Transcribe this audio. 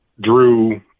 Drew